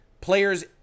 Players